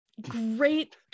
great